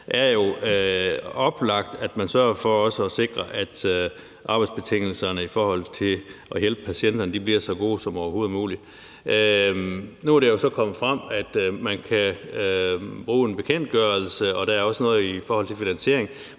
er jo oplagt, at man sørger for at sikre, at arbejdsbetingelserne i forhold til at hjælpe patienterne bliver så gode som overhovedet muligt. Nu er det så kommet frem, at man kan bruge en bekendtgørelse, og der er også noget i forhold til finansiering,